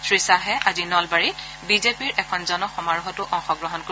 শ্ৰীখাহে আজি নলবাৰীত বিজেপিৰ এখন সমাৰোহতো অংশগ্ৰহণ কৰিব